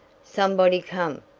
somebody come,